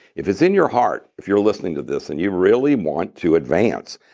if it's in your heart, if you're listening to this and you really want to advance,